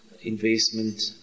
investment